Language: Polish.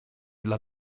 dla